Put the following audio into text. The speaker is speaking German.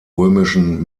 römischen